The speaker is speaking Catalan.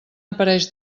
apareix